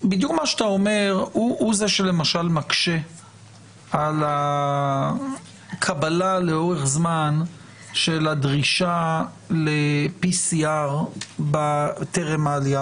מה שאתה אומר הוא שמקשה על הקבלה לאורך זמן של הדרישה ל-PCR טרם העלייה